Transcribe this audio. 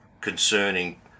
concerning